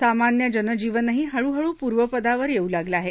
सामान्य जनजीवनही हळूहळू पूर्वपदावर येऊ लागलं आहे